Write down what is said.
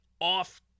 off